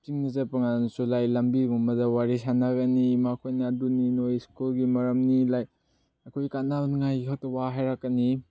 ꯆꯤꯡꯗ ꯆꯠꯄ ꯀꯥꯟꯗꯁꯨ ꯂꯥꯏꯛ ꯂꯝꯕꯤꯒꯨꯝꯕꯗ ꯋꯥꯔꯤ ꯁꯥꯟꯅꯒꯅꯤ ꯏꯃꯥꯈꯣꯏꯅ ꯑꯗꯨꯅꯤ ꯅꯣꯏ ꯁ꯭ꯀꯨꯜꯒꯤ ꯃꯔꯝꯅꯤ ꯂꯥꯏꯛ ꯑꯩꯈꯣꯏꯒꯤ ꯀꯥꯟꯅꯅꯤꯡꯉꯥꯏ ꯈꯛꯇ ꯋꯥ ꯍꯥꯏꯔꯛꯀꯅꯤ